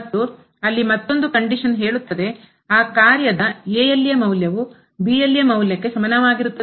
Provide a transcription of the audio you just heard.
ಮತ್ತು ಅಲ್ಲಿ ಮತ್ತೊಂದು ಕಂಡೀಶನ್ ಹೇಳುತ್ತದೆ ಆ ಕಾರ್ಯದ ಫಂಕ್ಷನ್ ನ a ಯಲ್ಲಿಯ ಯಲ್ಲಿಯ ಮೌಲ್ಯಕ್ಕೆ ಸಮಾನವಾಗಿರುತ್ತದೆ